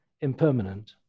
impermanent